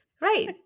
Right